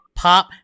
pop